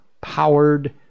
powered